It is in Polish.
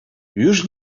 już